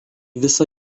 visą